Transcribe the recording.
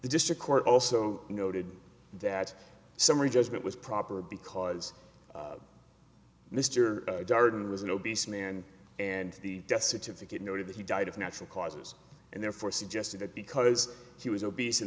the district court also noted that summary judgment was proper because mr darden was an obese man and the death certificate noted that he died of natural causes and therefore suggested that because he was obese and